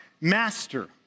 master